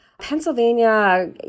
Pennsylvania